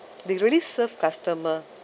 they really serve customer